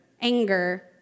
anger